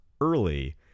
early